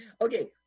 Okay